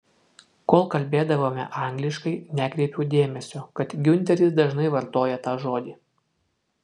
kol kalbėdavome angliškai nekreipiau dėmesio kad giunteris dažnai vartoja tą žodį